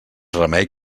remei